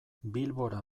bilbora